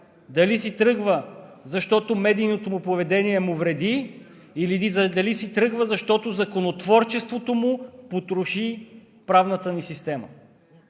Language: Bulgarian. дали си тръгва, защото медийното му поведение му вреди, или си тръгва, защото законотворчеството му потроши правната ни система?